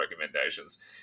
recommendations